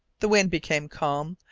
the wind became calm,